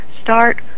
start